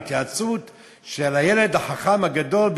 בהתייעצות עם הילד החכם הגדול,